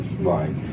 Right